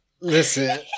listen